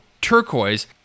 turquoise